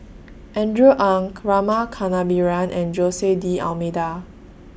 Andrew Ang Rama Kannabiran and Jose D'almeida